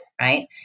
right